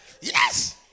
Yes